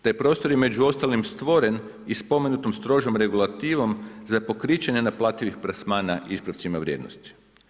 Taj prostor je među ostalim stvoren i spomenutom strožom regulativom za pokriće nenaplativih plasmana ispravcima vrijednosti.